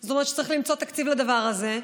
זאת אומרת שצריך למצוא תקציב לדבר הזה.